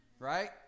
Right